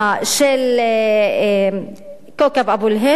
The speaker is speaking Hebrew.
צומת כאוכב אבו-אלהיג'א,